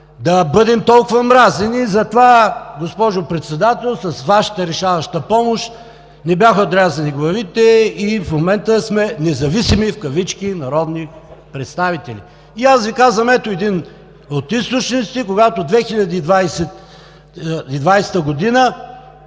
да бъдем толкова мразени. Затова, госпожо Председател, с Вашата решаваща помощ ни бяха отрязани главите и в момента сме независими в кавички народни представители. И аз Ви казвам, ето един от източниците, когато в 2020 г.